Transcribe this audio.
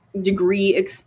degree